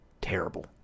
terrible